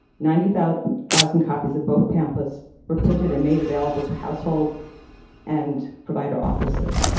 ninety thousand thousand copies of both pamphlets were printed and made available to households and provider offices.